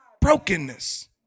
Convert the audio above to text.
brokenness